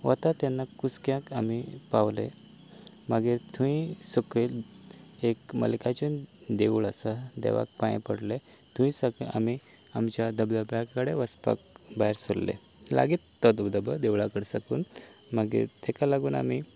वता तेन्ना कुसक्याक आमी पावले मागीर थंय सकयल एक मल्लिकाचें देवूळ आसा देवाक पांयां पडले थंय सगळे आमी आमचे धबधब्या कडेन वचपाक भायर सरले लागी तो धबधबो देवळाकडेन साकून मागीर ताका लागून आमी